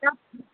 تَتھ